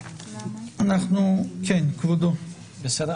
בבקשה.